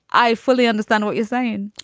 i fully understand what you're saying.